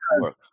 work